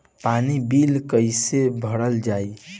पानी बिल कइसे भरल जाई?